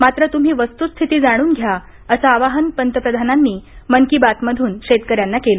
मात्र तुम्ही वस्तुस्थिती जाणून घ्या असं आवाहन पंतप्रधानांनी मन की बात मधून शेतकऱ्यांना केलं